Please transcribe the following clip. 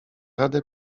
radę